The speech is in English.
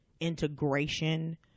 integration